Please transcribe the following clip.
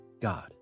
God